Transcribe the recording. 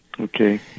Okay